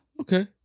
okay